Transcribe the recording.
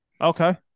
Okay